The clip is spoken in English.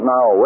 Now